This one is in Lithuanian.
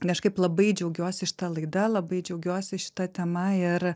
kažkaip labai džiaugiuosi šita laida labai džiaugiuosi šita tema ir